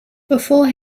before